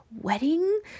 wedding